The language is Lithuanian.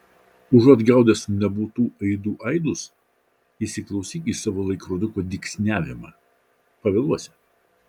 užuot gaudęs nebūtų aidų aidus įsiklausyk į savo laikroduko dygsniavimą pavėluosi